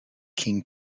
king